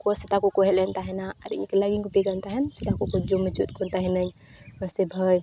ᱩᱱᱠᱩ ᱥᱮᱛᱟ ᱠᱚᱠᱚ ᱦᱮᱡ ᱞᱮᱱ ᱛᱟᱦᱮᱱᱟ ᱟᱨ ᱤᱧ ᱮᱠᱞᱟ ᱜᱤᱧ ᱜᱩᱯᱤ ᱠᱟᱱ ᱛᱟᱦᱮᱱ ᱥᱮᱛᱟ ᱠᱚᱠᱚ ᱡᱚᱢ ᱦᱚᱪᱚᱭᱮᱫ ᱠᱚ ᱛᱟᱦᱮᱱᱟᱹᱧ ᱢᱟᱥᱮ ᱵᱷᱟᱹᱭ